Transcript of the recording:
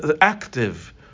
active